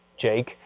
Jake